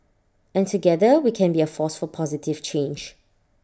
and together we can be A force for positive change